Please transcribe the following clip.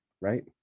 right